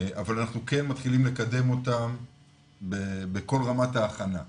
אבל אנחנו כן מתחילים לקדם אותם בכל רמת ההכנה.